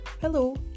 Hello